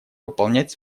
выполнять